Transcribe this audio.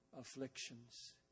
afflictions